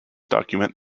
document